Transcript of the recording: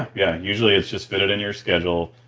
yeah usually it's just fitted in your schedule,